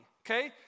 okay